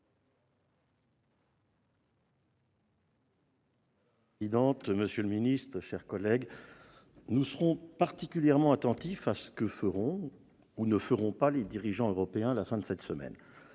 Madame la présidente, monsieur le secrétaire d'État, mes chers collègues, nous serons particulièrement attentifs à ce que feront ou ne feront pas les dirigeants européens à la fin de cette semaine.